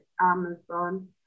Amazon